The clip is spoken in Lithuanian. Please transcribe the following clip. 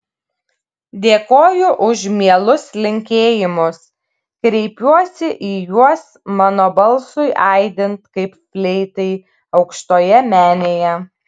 dėkoju už mielus linkėjimus kreipiuosi į juos mano balsui aidint kaip fleitai aukštoje menėje